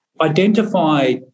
identify